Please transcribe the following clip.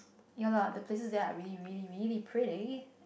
ya lah the places there are really really really pretty